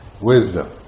wisdom